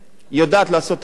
היא צריכה לעשות גם את זה,